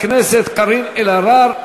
חברת הכנסת קארין אלהרר,